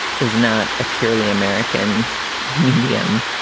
is not a purely american medium.